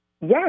Yes